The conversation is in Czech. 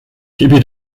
chybí